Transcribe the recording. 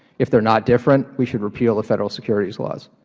if they are not different, we should repeal the federal securities laws,